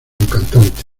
cantante